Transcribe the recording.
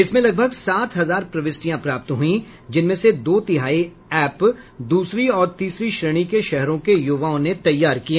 इसमें लगभग सात हजार प्रविष्टियां प्राप्त हुई जिनमें से दो तिहाई ऐप दूसरी और तीसरी श्रेणी के शहरों के युवाओं ने तैयार किए